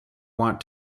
want